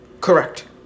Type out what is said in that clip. Correct